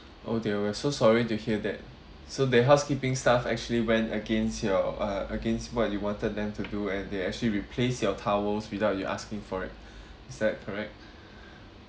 oh dear we're so sorry to hear that so the housekeeping staff actually went against your uh against what you wanted them to do and they actually replace your towels without you asking for it is that correct